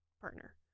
partner